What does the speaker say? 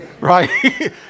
Right